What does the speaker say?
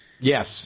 Yes